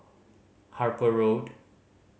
Harper Road